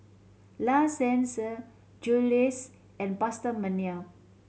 La Senza Julie's and PastaMania